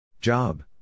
Job